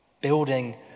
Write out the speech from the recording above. building